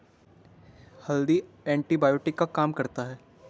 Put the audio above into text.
हल्दी एंटीबायोटिक का काम करता है